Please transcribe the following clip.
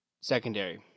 secondary